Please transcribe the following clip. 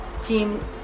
Team